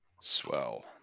Swell